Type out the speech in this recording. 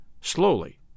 slowly